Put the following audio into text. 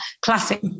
classic